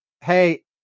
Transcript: hey